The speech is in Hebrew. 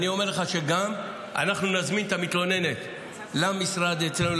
אני אומר לך שגם נזמין את המתלוננת למשרד אצלנו,